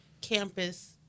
campus